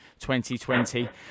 2020